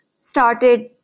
started